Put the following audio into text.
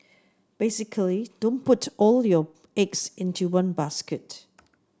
basically don't put all your eggs into one basket